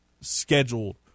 scheduled